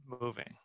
moving